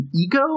ego